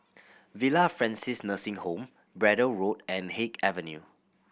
Villa Francis Nursing Home Braddell Road and Haig Avenue